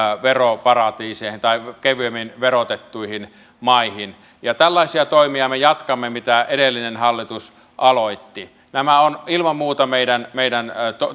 veroparatiiseihin tai kevyemmin verotettuihin maihin tällaisia toimia me jatkamme mitä edellinen hallitus aloitti nämä ovat ilman muuta meidän meidän